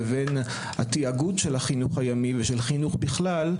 לבין התיאגוד של החינוך הימי ושל חינוך בכלל,